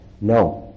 No